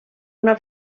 una